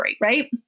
right